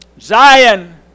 Zion